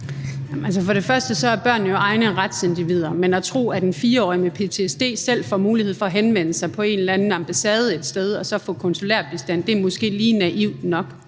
og fremmest er børn jo retligt egne individer. Men at tro, at en 4-årig med ptsd selv får mulighed for at henvende sig på en eller anden ambassade et sted og så få konsulær bistand, er måske lige naivt nok.